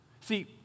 See